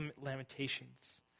lamentations